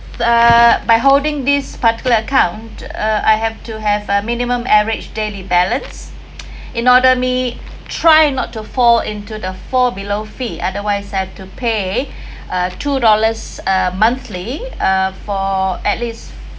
err by holding this particular account uh I have to have a minimum average daily balance in order me try not to fall into the fall below fee otherwise I’ve to pay uh two dollars uh monthly uh for at least